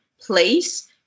place